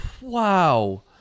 Wow